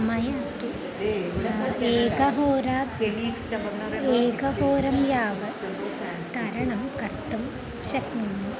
मया तु एकहोरा एकहोरं यावत् तरणं कर्तुं शक्नोमि